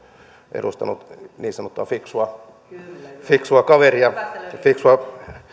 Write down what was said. edustanut niin sanottua fiksua kaveria fiksua